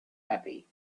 happy